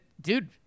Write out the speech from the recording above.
dude